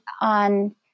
on